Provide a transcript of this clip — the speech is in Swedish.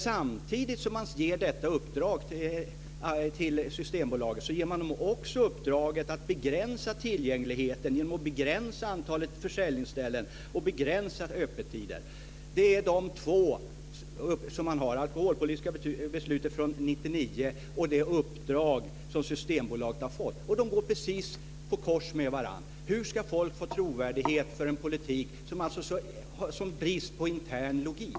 Samtidigt som man ger detta uppdrag till Systembolaget ger man dem också uppdraget att begränsa tillgängligheten genom att begränsa antalet försäljningsställen och begränsa öppettider. Det är de två saker man har att gå efter: det alkoholpolitiska beslutet från 1999 och det uppdrag som Systembolaget har fått. De går precis på tvärs med varandra. Hur ska folk få trovärdighet för en politik som har en sådan brist på intern logik?